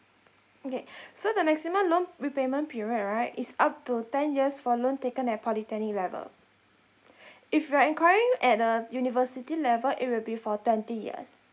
okay so the maximum loan repayment period right is up to ten years for loan taken at polytechnic level if you're enquiring at a university level it will be for twenty years